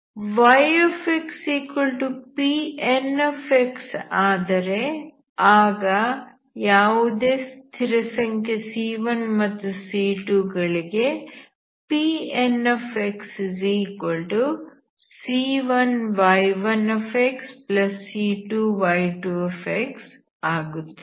y Pn ಆದರೆ ಆಗ ಯಾವುದೇ ಸ್ಥಿರ ಸಂಖ್ಯೆ C1 ಮತ್ತು C2 ಗಳಿಗೆ PnxC1y1xC2y2x ಆಗುತ್ತದೆ